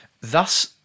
Thus